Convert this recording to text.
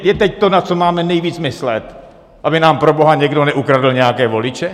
Je teď to, na co máme nejvíc myslet, aby nám proboha někdo neukradl nějaké voliče?